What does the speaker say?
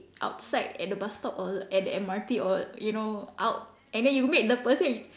outside at the bus stop or at the M_R_T or you know out and then you meet the person